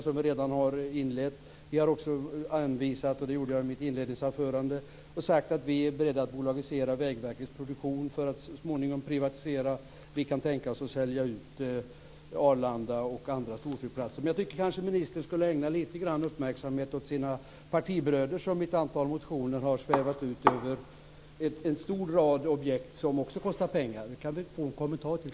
Det har vi redan inlett. Vi har också sagt - det gjorde jag i mitt inledningsanförande - att vi är beredda att bolagisera Vägverkets produktion för att så småningom privatisera den. Vi kan tänka oss att sälja ut Arlanda och andra storflygplatser. Jag tycker att ministern skulle ägna lite uppmärksamhet åt sina partibröder, som i ett antal motioner har svävat ut över en stor rad objekt som också kostar pengar. Det kan vi kanske få en kommentar till.